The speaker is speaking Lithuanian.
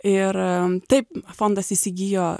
ir taip fondas įsigijo